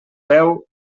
veu